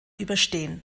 überstehen